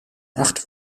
acht